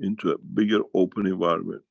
into a bigger open environment.